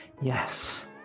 Yes